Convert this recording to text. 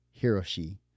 Hiroshi